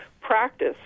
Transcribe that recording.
practice